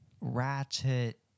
ratchet